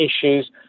issues